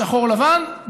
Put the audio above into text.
שחור לבן,